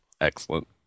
Excellent